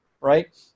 right